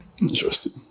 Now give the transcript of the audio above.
Interesting